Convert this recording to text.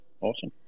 Awesome